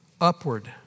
Upward